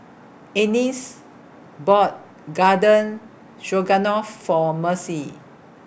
Anice bought Garden Stroganoff For Mercy